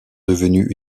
devenue